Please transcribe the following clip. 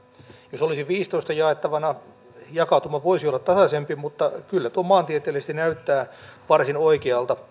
jos olisi viitenätoista jaettavana jakautuma voisi olla tasaisempi mutta kyllä tuo maantieteellisesti näyttää varsin oikealta